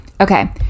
Okay